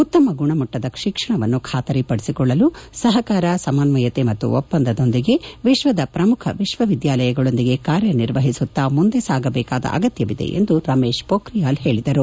ಉತ್ತಮ ಗುಣಮಟ್ಲದ ಶಿಕ್ಷಣವನ್ನು ಖಾತರಿ ಪಡಿಸಿಕೊಳ್ಳಲು ಸಪಕಾರ ಸಮನ್ನಯತೆ ಮತ್ತು ಒಪ್ಪಂದದೊಂದಿಗೆ ವಿಶ್ಲದ ಪ್ರಮುಖ ವಿಕ್ಷವಿದ್ನಾಲಯಗಳೊಂದಿಗೆ ಕಾರ್ಯನಿರ್ವಹಿಸುತ್ತಾ ಮುಂದೆ ಸಾಗಬೇಕಾದ ಅಗತ್ಯವಿದೆ ಎಂದು ರಮೇಶ್ ಮೋಖ್ರಿಯಾಲ್ ಹೇಳಿದರು